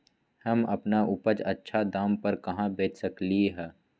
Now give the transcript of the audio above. हम अपन उपज अच्छा दाम पर कहाँ बेच सकीले ह?